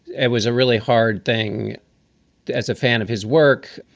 it was a really hard thing as a fan of his work.